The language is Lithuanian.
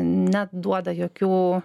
ne duoda jokių